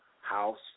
house